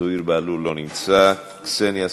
זוהיר בהלול, לא נמצא, קסניה סבטלובה,